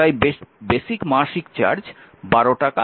তাই বেস মাসিক চার্জ 12 টাকা